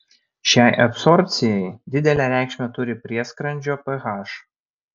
šiai absorbcijai didelę reikšmę turi prieskrandžio ph